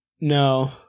No